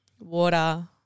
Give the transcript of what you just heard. water